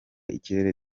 ikirere